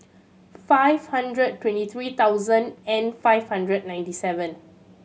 five hundred twenty three thousand and five hundred ninety seven